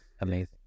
Amazing